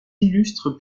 illustres